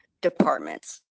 departments